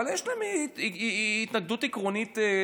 אבל יש תמיד התנגדות עקרונית.